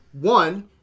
One